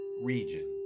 region